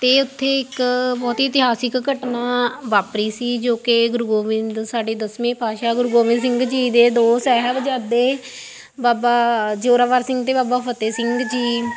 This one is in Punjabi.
ਅਤੇ ਉੱਥੇ ਇੱਕ ਬਹੁਤ ਹੀ ਇਤਿਹਾਸਿਕ ਘਟਨਾ ਵਾਪਰੀ ਸੀ ਜੋ ਕਿ ਗੁਰੂ ਗੋਬਿੰਦ ਸਾਡੇ ਦਸਵੇਂ ਪਾਤਸ਼ਾਹ ਗੁਰੂ ਗੋਬਿੰਦ ਸਿੰਘ ਜੀ ਦੇ ਦੋ ਸਾਹਿਬਜ਼ਾਦੇ ਬਾਬਾ ਜੋਰਾਵਰ ਸਿੰਘ ਅਤੇ ਬਾਬਾ ਫਤਿਹ ਸਿੰਘ ਜੀ